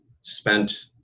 spent